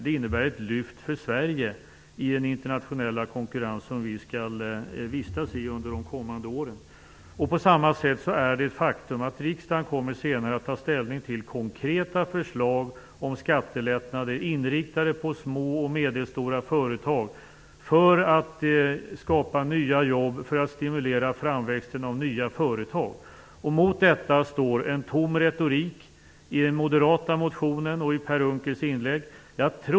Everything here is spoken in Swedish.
Detta innebär också ett lyft för Sverige i den internationella konkurrens som vi under de kommande åren skall vistas i. På samma sätt är det ett faktum att riksdagen senare kommer att ta ställning till konkreta förslag om skattelättnader inriktade på små och medelstora företag för att skapa nya jobb och för att stimulera framväxten av nya företag. Mot detta står en tom retorik i den moderata motionen och i Per Unckels inlägg.